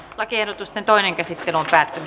lakiehdotusten toinen käsittely päättyi